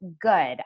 good